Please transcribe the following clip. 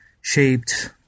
shaped